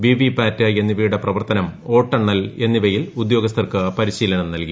VVPAT എന്നിവയുടെ പ്രവ്വർത്തുനം വോട്ടെണ്ണെൽ എന്നിവയിൽ ഉദ്യോഗസ്ഥർക്ക് പരിശീലനം നൂൽകി